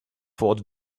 thought